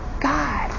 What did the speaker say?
God